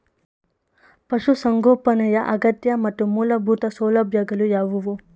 ಪಶುಸಂಗೋಪನೆಯ ಅಗತ್ಯ ಮತ್ತು ಮೂಲಭೂತ ಸೌಲಭ್ಯಗಳು ಯಾವುವು?